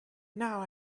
now